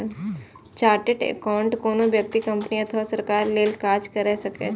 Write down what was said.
chartered accountant कोनो व्यक्ति, company अथवा सरकार लेल काज कैर सकै छै